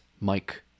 Mike